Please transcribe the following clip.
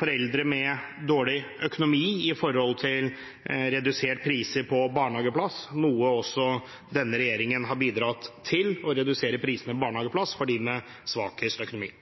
foreldre med dårlig økonomi med tanke på reduserte priser på barnehageplass, noe også denne regjeringen har bidratt til – å redusere prisene på barnehageplass for dem med svakest økonomi.